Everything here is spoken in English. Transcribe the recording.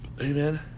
Amen